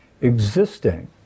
existing